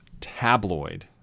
tabloid